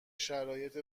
شرایط